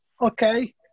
okay